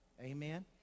Amen